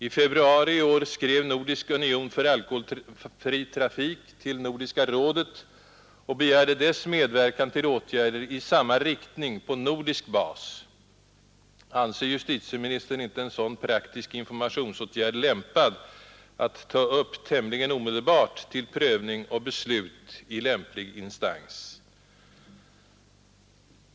I februari i år skrev Nordisk union för alkoholfri trafik till Nordiska rådet och begärde dess medverkan till åtgärder i samma riktning på nordisk bas. Anser justitieministern en sådan praktisk informationsåtgärd lämpad att ta upp tämligen omedelbart till prövning och beslut i lämplig instans?